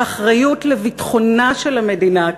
האחריות לביטחונה של המדינה,